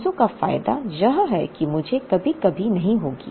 300 का फायदा यह है कि मुझे कभी कमी नहीं होगी